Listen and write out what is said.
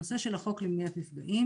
הנושא של החוק למניעת מפגעים